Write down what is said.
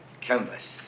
Canvas